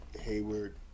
hayward